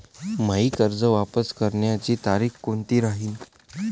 मायी कर्ज वापस करण्याची तारखी कोनती राहीन?